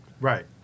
Right